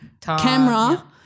camera